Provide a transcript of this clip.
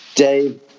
Dave